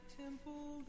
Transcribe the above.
temple